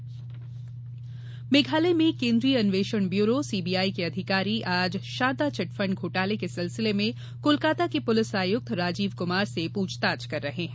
CBI Meghalaya में केन्द्रीय अन्वेषण ब्यूरो सीबीआई के अधिकारी आज शारदा चिटफंड घोटाले के सिलसिले में कोलकाता के पुलिस आयुक्त राजीव कुमार से पूछताछ कर रही है